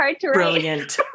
brilliant